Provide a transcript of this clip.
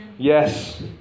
Yes